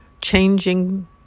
Changing